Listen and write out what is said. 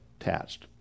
attached